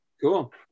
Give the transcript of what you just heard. cool